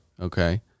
okay